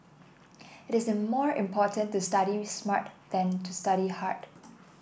it is more important to study smart than to study hard